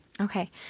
Okay